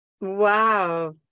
Wow